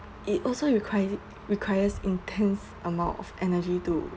it also requi~ requires intense amount of energy to